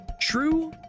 true